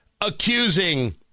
accusing